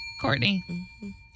Courtney